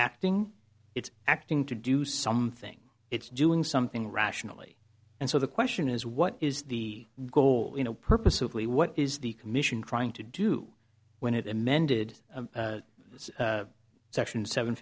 acting it's acting to do something it's doing something rationally and so the question is what is the goal you know purposively what is the commission trying to do when it amended the section seven